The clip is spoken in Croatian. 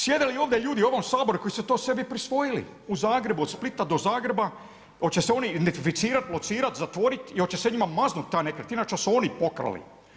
Sjede li ovdje ljudi u ovom Saboru koji su sebi prisvojili u Zagrebu, od Splita do Zagreba, hoće se oni identificirati, locirati, zatvoriti i hoće se njima ta nekretnina što su oni pokrali?